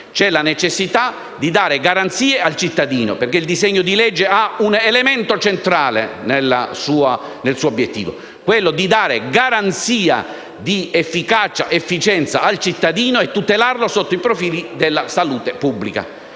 C'è la necessità di dare garanzie al cittadino perché il disegno di legge ha un elemento centrale nel suo obiettivo: dare garanzia di efficacia ed efficienza al cittadino, tutelandolo sotto il profilo della salute pubblica.